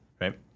right